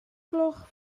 gloch